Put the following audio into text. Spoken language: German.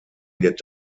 wird